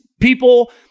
people